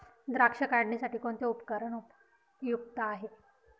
द्राक्ष काढणीसाठी कोणते उपकरण उपयुक्त आहे?